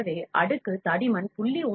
எனவே அடுக்கு தடிமன் 0